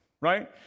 right